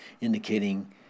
indicating